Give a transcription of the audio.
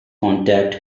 contact